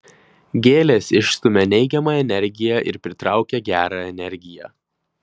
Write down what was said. gėlės išstumia neigiamą energiją ir pritraukia gerą energiją